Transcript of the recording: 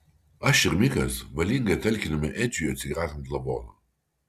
aš ir mikas valingai talkinome edžiui atsikratant lavono